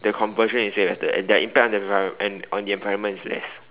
the conversion is way better and their impact on the environment and on the environment is less